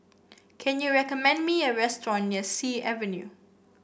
can you recommend me a restaurant near Sea Avenue